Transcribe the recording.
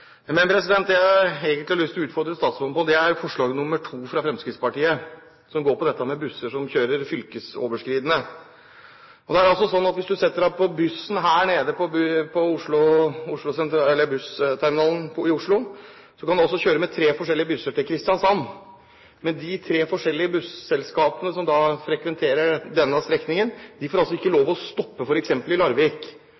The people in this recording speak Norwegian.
Jeg har egentlig lyst til å utfordre statsråden på forslag nr. 2 fra Fremskrittspartiet, som går på busser som kjører over fylkesgrensene. Hvis man setter seg på bussen her nede på Bussterminalen i Oslo, kan man kjøre med tre forskjellige busser til Kristiansand. Men de tre forskjellige busselskapene som frekventerer denne strekningen, får ikke